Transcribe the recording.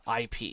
IP